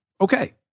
okay